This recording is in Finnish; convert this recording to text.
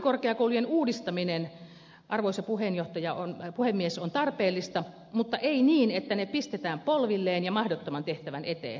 ammattikorkeakoulujen uudistaminen arvoisa puhemies on tarpeellista mutta ei niin että ne pistetään polvilleen ja mahdottoman tehtävän eteen